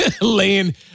laying